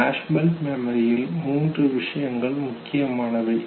flashbulb மெமரியில் மூன்று விஷயங்கள் முக்கியமானவை